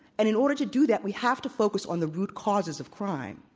and in order to do that, we have to focus on the root causes of crime.